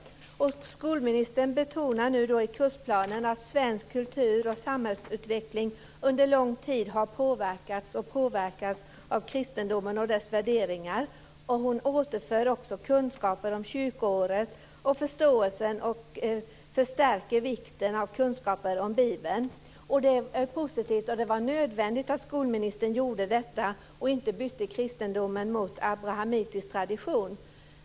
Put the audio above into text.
Skolministern betonar nu i kursplanen att svensk kultur och samhällsutveckling under lång tid har påverkats och påverkas av kristendomen och dess värderingar. Hon återför också kunskaper om kyrkoåret och förstärker vikten av kunskaper om Bibeln. Det är positivt. Det var också nödvändigt att skolministern gjorde detta och inte bytte kristendomen mot abrahamitisk tradition.